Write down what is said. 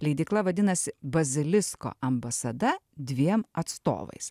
leidykla vadinasi bazilisko ambasada dviem atstovais